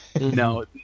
No